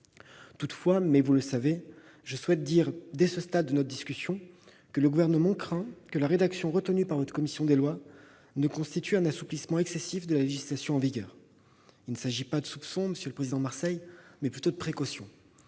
Toutefois, je souhaite dire dès ce stade de notre discussion que le Gouvernement craint que la rédaction retenue par la commission des lois ne constitue un assouplissement excessif de la législation en vigueur. Il s'agit non pas de soupçons, monsieur le président Marseille, mais plutôt de précautions.